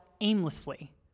aimlessly